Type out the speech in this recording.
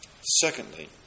Secondly